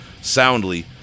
soundly